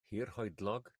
hirhoedlog